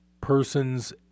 person's